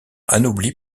anobli